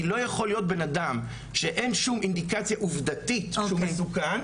כי לא יכול להיות בן-אדם שאין שום אינדיקציה עובדתית שהוא מסוכן,